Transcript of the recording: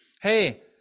hey